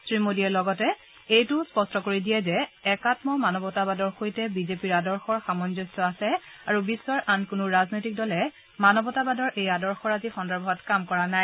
শ্ৰীমোদীয়ে লগতে এইটোৱো স্পষ্ট কৰি দিয়ে যে একান্ম মানৱতাবাদৰ সৈতে বিজেপিৰ আদৰ্শৰ সামঞ্জস্য আছে আৰু বিশ্বৰ আন কোনো ৰাজনৈতিক দলে মানৱতাবাদৰ এই আদৰ্শৰাজি সন্দৰ্ভত কাম কৰা নাই